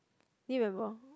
do you remember